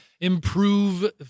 improve